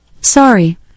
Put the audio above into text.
Sorry